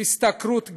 ההשתכרות גבוהה.